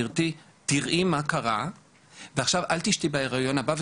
תראי מה קרה ולכן אל תשתי בהיריון הבא".